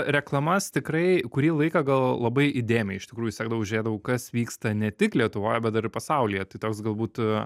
reklamas tikrai kurį laiką gal labai įdėmiai iš tikrųjų sekdavau žiūrėdavau kas vyksta ne tik lietuvoj bet dar ir pasaulyje tai toks galbūt